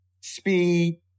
Speed